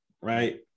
right